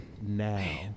now